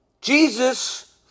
Jesus